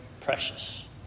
precious